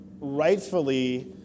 rightfully